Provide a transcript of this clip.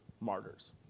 martyrs